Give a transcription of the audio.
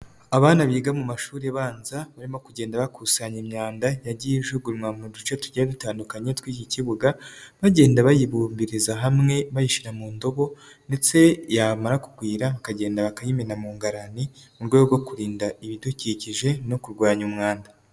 Abana biga mu mashuri abanza barimo kugenda bakusanya imyanda yagiye ijugunywa mu duce tujya dutandukanye tw'iki kibuga, bagenda bayibumbiriza hamwe bayishyira mu ndobo ndetse yamara kugwira bakagenda bakayimena mu ngarani, mu rwego rwo kurinda ibidukikije no kurwanya umwanda.